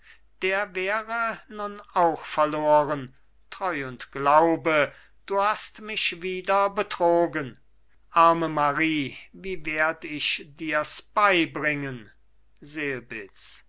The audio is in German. der wäre nun auch verloren treu und glaube du hast mich wieder betrogen arme marie wie werd ich dir's beibringen selbitz